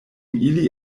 ili